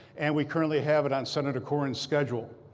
and we currently have it on senator cornyn's schedule.